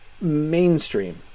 mainstream